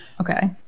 Okay